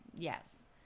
Yes